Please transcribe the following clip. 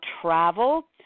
travel